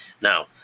Now